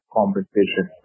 compensation